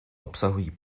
obsahují